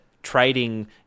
trading